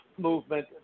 movement